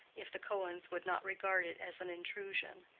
if the cohens would not regard it as an intrusion.